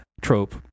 trope